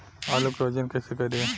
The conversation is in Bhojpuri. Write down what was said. आलू के वजन कैसे करी?